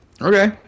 okay